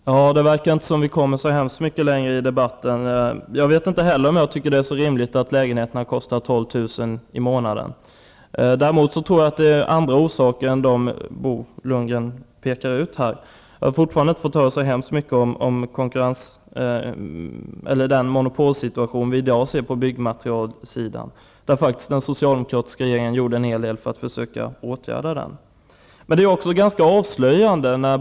Herr talman! Det verkar som om vi inte kommer så mycket längre i debatten. Jag tycker inte heller att det är rimligt att lägenheterna kostar 12 000 kr. i månaden. Däremot tror jag att orsakerna är andra än dem som Bo Lundgren pekar ut. Jag har fortfarande inte hört något om den monopolsituation som i dag råder när det gäller byggmaterial. Socialdemokraterna gjorde faktiskt en hel del för att vidta åtgärder mot den situationen.